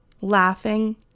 laughing